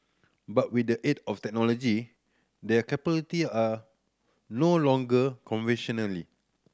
but with the aid of technology their capability are no longer conventionally